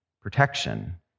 Protection